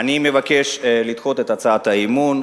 אני מבקש לדחות את הצעת האי-אמון.